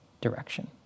direction